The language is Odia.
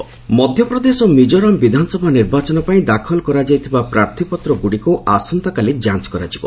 ସ୍କୁଟିନ୍ ନୋଟିସ୍ ମଧ୍ୟପ୍ରଦେଶ ଓ ମିଜୋରାମ ବିଧାନସଭା ନିର୍ବାଚନ ପାଇଁ ଦାଖଲ କରାଯାଇଥିବା ପ୍ରାର୍ଥିପତ୍ରଗୁଡ଼ିକୁ ଆସନ୍ତାକାଲି ଯାଞ୍ଚ କରାଯିବ